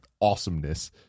awesomeness